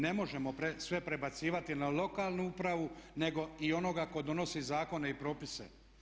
Ne možemo sve prebacivati na lokalnu upravu nego i onoga tko donosi zakone i propise.